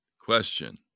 Question